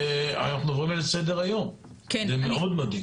ואנחנו עוברים על זה לסדר היום, זה מאוד מדאיג.